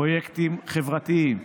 פרויקטים חברתיים,